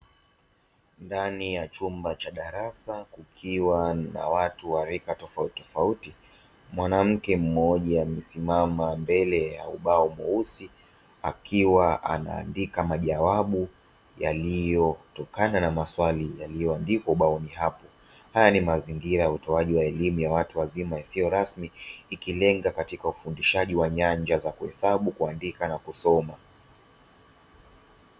Ndani ya chumba cha darasa kukiwa na watu wa rika tofauti tofauti, mwanamke mmoja amesimama mbele ya ubao mweusi akiwa anaandika majawabu yaliyotokana na maswali yaliyo andikwa ubaoni hapo. Haya ni mazingira ya utoaji wa elimu ya watu wazima isiyo rasmi ikilenga katika ufundishaji wa nyanja za kuhesabu , kuandika na kusoma.